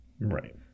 Right